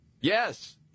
Yes